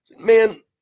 man